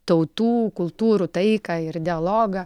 tautų kultūrų taiką ir dialogą